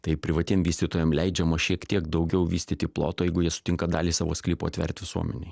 tai privatiem vystytojam leidžiama šiek tiek daugiau vystyti ploto jeigu jie sutinka dalį savo sklypo atvert visuomenei